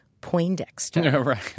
poindexter